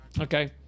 Okay